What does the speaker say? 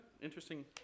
Interesting